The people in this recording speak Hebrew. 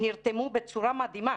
ונרתמו בצורה מדהימה.